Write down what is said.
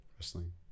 Wrestling